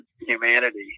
humanity